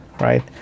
right